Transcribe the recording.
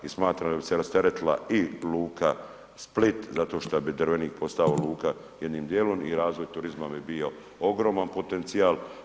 I smatram da bi se rasteretila i luka Split zato što bi Drvenik postao luka jednim dijelom i razvoj turizma bi bio ogroman potencijal.